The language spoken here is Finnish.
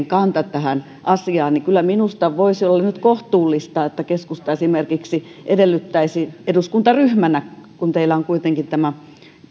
kanta tähän asiaan niin kyllä minusta voisi olla nyt kohtuullista että keskusta esimerkiksi edellyttäisi eduskuntaryhmänä kun teillä on kuitenkin tämä